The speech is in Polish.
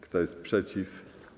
Kto jest przeciw?